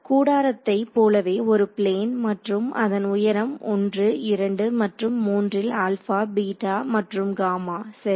கூடாரத்தை போலவே ஒரு பிளேன் மற்றும் அதன் உயரம் 1 2 மற்றும் 3 ல் ஆல்ஃபா பீட்டா மற்றும் காமா சரி